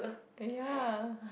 but ya